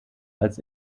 als